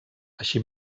així